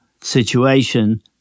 situation